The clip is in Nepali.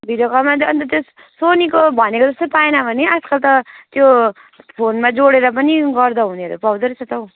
भिडियोकोनमा अनि त त्यो सोनीको भनेको जस्तो पाएन भने आजकल त त्यो फोनमा जोडेर पनि गर्दा हुनेहरू पाउँदो रहेछ त हो